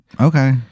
Okay